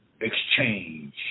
exchange